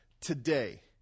today